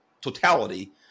totality